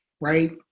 Right